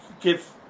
give